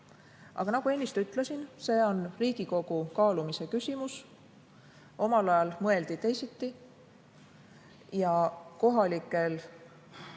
Aga nagu ennist ütlesin, see on Riigikogu kaalumise küsimus. Omal ajal mõeldi teisiti. Ja kohalikel